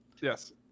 Yes